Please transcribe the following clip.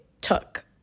took